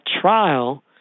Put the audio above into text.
trial